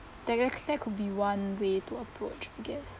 that gue~ that could be one way to approach I guess